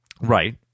Right